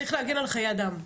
צריך להגן על חיי אדם,